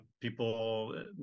people